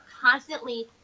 constantly